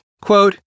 Quote